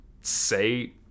say